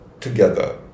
together